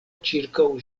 ĉirkaŭ